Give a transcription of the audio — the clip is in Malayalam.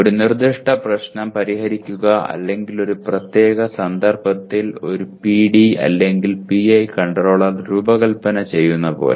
ഒരു നിർദ്ദിഷ്ട പ്രശ്നം പരിഹരിക്കുക അല്ലെങ്കിൽ ഒരു പ്രത്യേക സന്ദർഭത്തിൽ ഒരു PD അല്ലെങ്കിൽ PI കൺട്രോളർ രൂപകൽപ്പന ചെയുന്ന പോലെ